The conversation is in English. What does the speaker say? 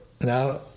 now